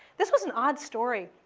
this was an odd story.